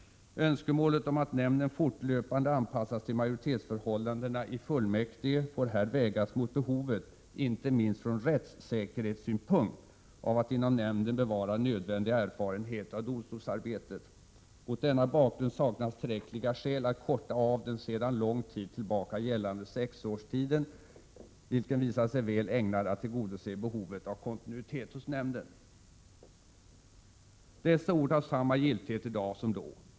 CU 1971:9 s. 16). Önskemålet om att nämnden fortlöpande anpassas till majoritetsförhållandena i fullmäktige får här vägas mot behovet, inte minst från rättssäkerhetssynpunkt, av att inom nämnden bevara nödvändig erfarenhet av domstolsarbetet. Mot denna bakgrund saknas tillräckliga skäl att korta av den sedan lång tid tillbaka gällande sexårstiden, vilken visat sig väl ägnad att tillgodose behovet av kontinuitet hos nämnden.” Dessa ord har samma giltighet i dag som då.